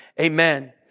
Amen